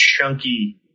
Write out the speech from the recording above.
chunky